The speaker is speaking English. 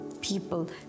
people